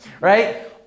right